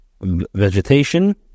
vegetation